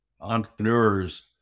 entrepreneurs